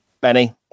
Benny